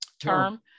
term